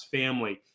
family